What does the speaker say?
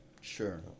Sure